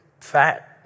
fat